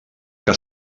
que